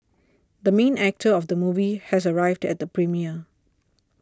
the main actor of the movie has arrived at the premiere